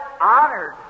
honored